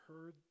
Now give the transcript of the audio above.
heard